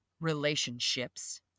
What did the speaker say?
relationships